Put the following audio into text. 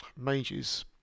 mages